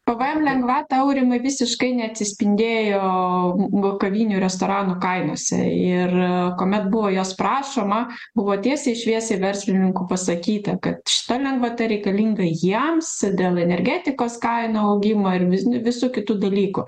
p v em lengvata aurimai visiškai neatsispindėjo kavinių restoranų kainose ir kuomet buvo jos prašoma buvo tiesiai šviesiai verslininkų pasakyta kad šita lengvata reikalinga jiems dėl energetikos kainų augimo ir vis nu visų kitų dalykų